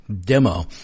demo